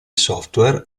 software